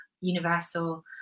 universal